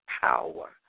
power